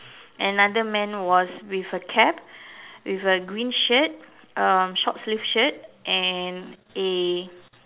another man was with a cap with a green shirt um short sleeve shirt and a